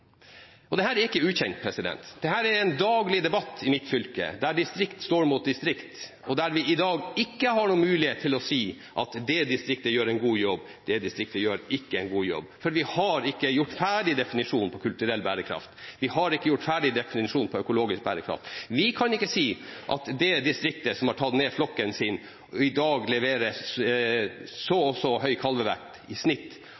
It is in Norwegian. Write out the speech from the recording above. er ikke ukjent, dette er en daglig debatt i mitt fylke, der distrikt står mot distrikt, og der vi i dag ikke har noen mulighet til å si at det distriktet gjør en god jobb, og det distriktet gjør ikke en god jobb. For vi har ikke gjort ferdig definisjonen på kulturell bærekraft, og vi har ikke gjort ferdig definisjonen på økologisk bærekraft. Vi kan ikke si at det distriktet som har tatt ned flokken sin og i dag leverer så